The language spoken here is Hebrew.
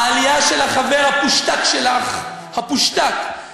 העלייה של החבר הפושטק שלך, הפושטק,